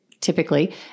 typically